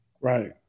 Right